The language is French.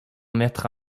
mettre